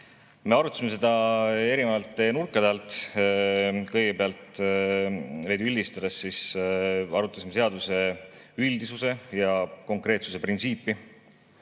Me arutasime seda erinevate nurkade alt. Kõigepealt, veidi üldistades arutasime seaduse üldisuse ja konkreetsuse printsiipi.